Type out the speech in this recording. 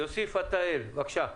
יוסי פתאל, בבקשה.